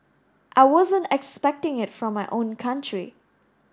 I wasn't expecting it from my own country